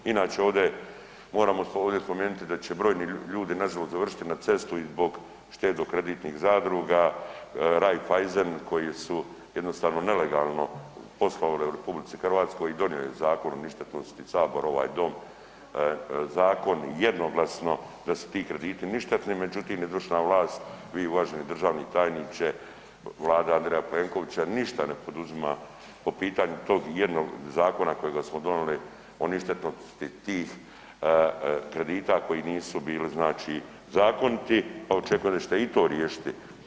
Inače ovdje moram spomenuti da će brojni ljudi nažalost završiti na cesti zbog štedno kreditnih zadruga, Raiffeisen koji su jednostavno nelegalno poslovali u RH i donijeli zakon o ništetnosti Sabor ovaj dom zakon jednoglasno da su ti krediti ništetni, međutim izvršna vlast, vi uvaženi državni tajniče, Vlada Andreja Plenkovića ništa ne poduzima po pitanju tog jednog zakona kojega smo donijeli o ništetnosti tih kredita koji nisu bili zakoniti, pa očekujem da ćete i to riješiti.